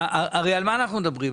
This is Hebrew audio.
הרי על מה אנחנו מדברים?